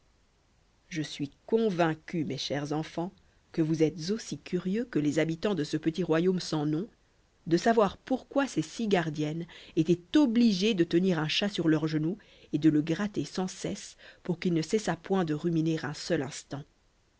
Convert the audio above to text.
je suis convaincu mes chers enfants que vous êtes aussi curieux que les habitants de ce petit royaume sans nom de savoir pourquoi ces six gardiennes étaient obligées de tenir un chat sur leurs genoux et de le gratter sans cesse pour qu'il ne cessât point de ruminer un seul instant